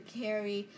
carry